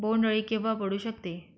बोंड अळी केव्हा पडू शकते?